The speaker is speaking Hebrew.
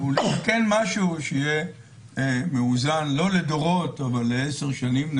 אולי כן צריך לעשות משהו שיהיה מאוזן לעשר שנים.